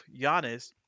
Giannis